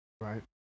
Right